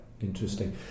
Interesting